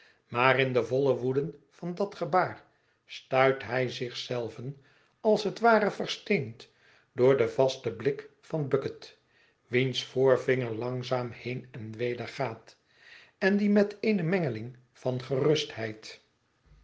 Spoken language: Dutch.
maar in de volle woede van dat gebaar stuit hij zich zelven als het ware versteend door den vasten blik van bucket wiens voorvinger langzaam heen en weder gaat en die met eene mengeling van gerustheid